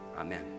amen